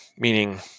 meaning